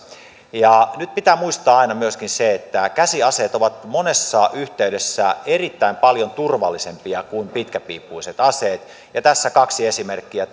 ja nyt pitää muistaa aina myöskin se että käsiaseet ovat monessa yhteydessä erittäin paljon turvallisempia kuin pitkäpiippuiset aseet ja tässä kaksi esimerkkiä